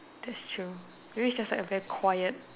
that's true maybe it's just like a very quiet